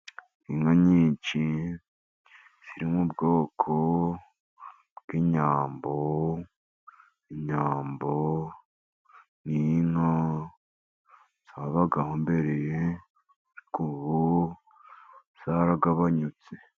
Inka nyinshi ziri m'ubwoko bw'inyambo, inyambo n'inka zabagaho mbere ariko ubu zaragabanutse.